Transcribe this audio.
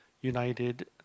united